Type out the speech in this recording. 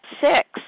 six